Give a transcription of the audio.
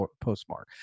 postmark